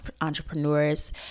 entrepreneurs